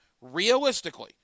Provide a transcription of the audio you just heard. Realistically